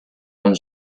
con